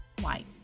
white